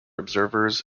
observers